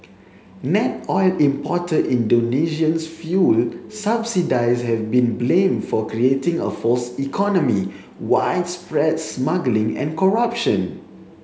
net oil importer Indonesia's fuel subsidies have been blamed for creating a false economy widespread smuggling and corruption